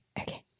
Okay